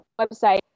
website